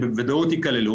במילה מקוצרת,